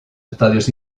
estadios